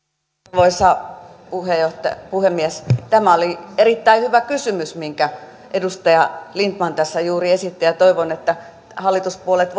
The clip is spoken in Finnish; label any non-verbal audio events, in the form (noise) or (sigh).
arvoisa puhemies tämä oli erittäin hyvä kysymys minkä edustaja lindtman juuri esitti ja toivon että hallituspuolueet (unintelligible)